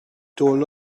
told